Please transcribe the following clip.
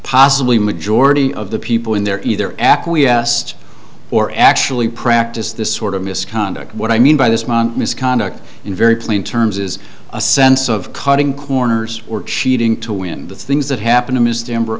possibly majority of the people in there either acquiesced or actually practiced this sort of misconduct what i mean by this month misconduct in very plain terms is a sense of cutting corners or cheating to win the things that happen